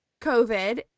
covid